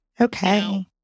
Okay